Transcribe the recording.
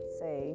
say